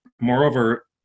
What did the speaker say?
Moreover